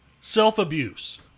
self-abuse